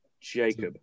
Jacob